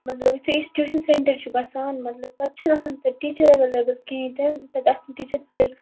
مطلب یُتھُے أسۍ ٹیوٗشَن سٮ۪نٹر چھُ گژھان مطلب پَتہٕ چھِنہٕ آسان تَتہِ ٹیٖچَر ایٚولیبٕل کِہیٖںۍ تہِ نہٕ تَتہِ آسہِ نہٕ ٹیٖچَر صرف